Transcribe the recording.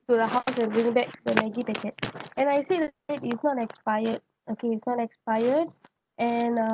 to the house and bring back the maggie packet and I see the date it's not expired okay it's not expired and uh